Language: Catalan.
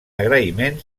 agraïment